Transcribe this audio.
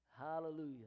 Hallelujah